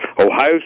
Ohio